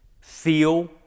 feel